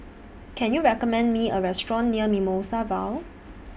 Can YOU recommend Me A Restaurant near Mimosa Vale